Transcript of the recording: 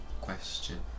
question